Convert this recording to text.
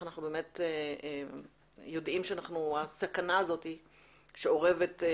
אנחנו יודעים שהסכנה הזאת שאורבת לנו